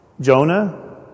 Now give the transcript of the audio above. Jonah